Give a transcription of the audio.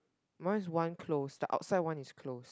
mine is one close the outside one is close